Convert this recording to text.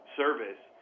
service